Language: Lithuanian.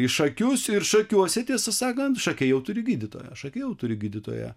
į šakius ir šakiuose tiesą sakant šakiai jau turi gydytoją šakiai jau turi gydytoją